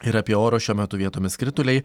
ir apie orus šiuo metu vietomis krituliai